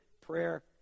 prayer